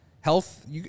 health